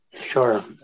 Sure